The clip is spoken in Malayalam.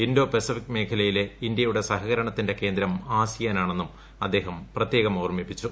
ഇൻഡോ പെസഫിക് മേഖലയിലെ ഇന്തൃയുടെ സഹകരണത്തിന്റെ കേന്ദ്രം ആസിയാനാണെന്നും അദ്ദേഹം പ്രത്യേകം ഓർമ്മിപ്പിച്ചു